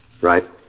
Right